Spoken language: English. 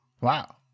Wow